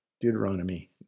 Deuteronomy